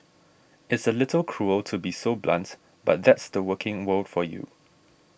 it's a little cruel to be so blunt but that's the working world for you